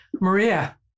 Maria